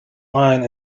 line